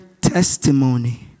testimony